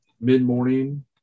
mid-morning